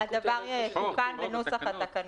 הדבר יתוקן בנוסח התקנות.